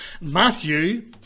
Matthew